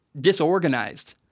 disorganized